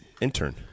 intern